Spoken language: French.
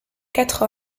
quatre